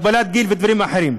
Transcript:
הגבלת גיל ודברים אחרים.